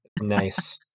Nice